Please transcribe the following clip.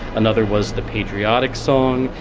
another was the patriotic song.